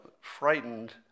frightened